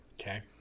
Okay